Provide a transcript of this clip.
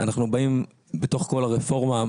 אנחנו באים בתוך כל הרפורמה,